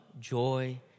joy